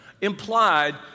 implied